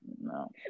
No